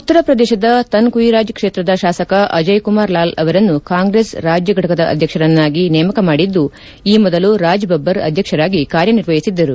ಉತ್ತರ ಪ್ರದೇಶದ ತನ್ಕುಯಿರಾಜ್ ಕ್ಷೇತ್ರದ ಶಾಸಕ ಅಜಯ್ ಕುಮಾರ್ ಲಾಲು ಅವರನ್ನು ಕಾಂಗ್ರೆಸ್ ರಾಜ್ಯ ಫಟಕದ ಅಧ್ಯಕ್ಷರನ್ನಾಗಿ ನೇಮಕ ಮಾಡಿದ್ದು ಈ ಮೊದಲು ರಾಜ್ಬಬ್ಲರ್ ಅಧ್ಯಕ್ಷರಾಗಿ ಕಾರ್ಯನಿರ್ವಹಿಸುತ್ತಿದ್ದರು